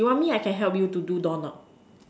you want me I can help you to do doorknob